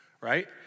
Right